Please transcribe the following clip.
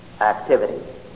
activity